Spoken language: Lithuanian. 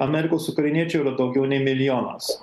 amerikos ukrainiečių yra daugiau nei milijonas